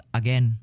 again